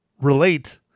relate